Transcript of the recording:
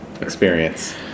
experience